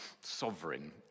sovereign